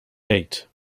eight